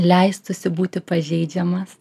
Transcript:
leistųsi būti pažeidžiamas